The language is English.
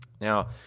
Now